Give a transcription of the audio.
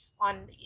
on